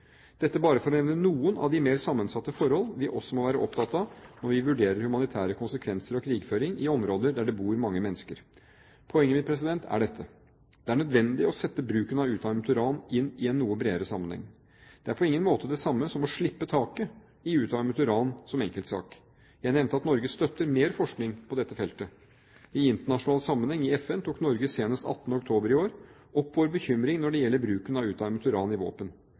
bare for å nevne noen av de mer sammensatte forhold vi også må være opptatt av når vi vurderer humanitære konsekvenser av krigføring i områder der det bor mange mennesker. Poenget mitt er dette: Det er nødvendig å sette bruken av utarmet uran inn i en noe bredere sammenheng. Det er på ingen måte det samme som å slippe taket i utarmet uran som enkeltsak. Jeg nevnte at Norge støtter mer forskning på dette feltet. I internasjonal sammenheng, i FN, tok Norge senest 18. oktober i år opp vår bekymring når det gjelder bruken av utarmet uran i våpen.